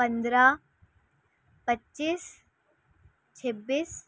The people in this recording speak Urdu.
پندرہ پچیس چھبیس